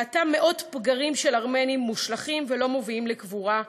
ראתה מאות פגרים של ארמנים מושלכים ולא מובאים לקבורה,